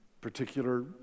particular